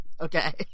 okay